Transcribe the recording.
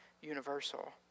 universal